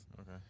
Okay